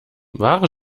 wahre